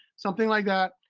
something like that,